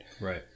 Right